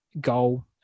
goal